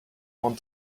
want